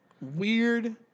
weird